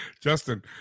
Justin